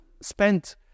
spent